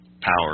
power